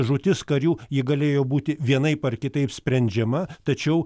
žūtis karių ji galėjo būti vienaip ar kitaip sprendžiama tačiau